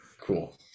Cool